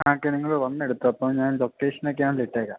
okay നിങ്ങൾ വന്നെടുത്തപ്പം ഞാൻ ലൊക്കേഷനൊക്കെ ഞാനതിലിട്ടേക്കാം